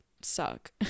suck